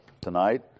tonight